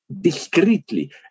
discreetly